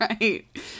right